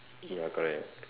ya correct